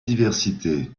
diversité